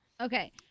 Okay